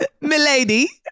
Milady